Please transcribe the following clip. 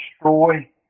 destroy